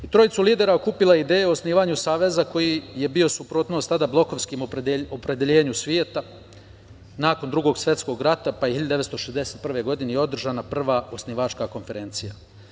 Trojicu lidera okupila je ideja o osnivanju saveza koji je bio suprotnost tada blokovskom opredeljenju sveta nakon Drugog svetskog rata, pa je 1961. godine održana prva osnivačka konferencija.